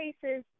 cases